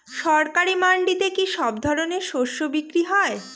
সরকারি মান্ডিতে কি সব ধরনের শস্য বিক্রি হয়?